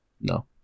No